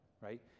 right